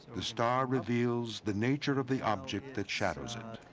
the star reveals the nature of the object that shadows it.